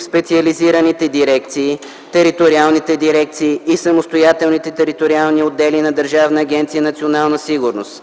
специализираните дирекции, териториалните дирекции и самостоятелните териториални отдели на Държавна агенция „Национална сигурност”;